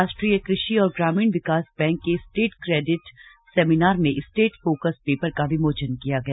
राष्ट्रीय कृषि और ग्रामीण विकास बैंक के स्टेट क्रेडिट सेमिनार में स्टेट फोकस पेपर का विमोचन किया गया